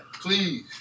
Please